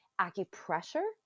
Acupressure